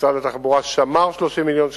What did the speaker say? משרד התחבורה שמר 30 מיליון שקלים.